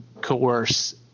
coerce